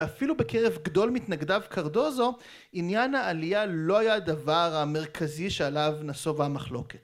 אפילו בקרב גדול מתנגדיו, קרדוזו, עניין העלייה לא היה הדבר המרכזי שעליו נסובה מחלוקת.